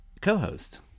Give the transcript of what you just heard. co-host